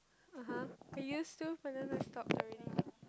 uh !huh! I used to but then I stop already